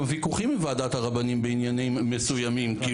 ויכוחים עם ועדת הרבנים בעניינים מסוימים.